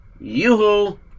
yoo-hoo